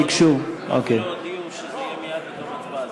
ביקשו, בתום הדיון שיהיה מייד בתום ההצבעה.